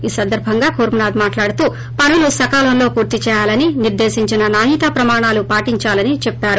ఈ సందర్బంగా కూర్మనాథ్ మాట్లాడుతూ పనులు సకాలంలో పూర్తి చేయాలని నిర్దేశించిన నాణ్యతా ప్రమాణాలు పాటించాలని చెప్పారు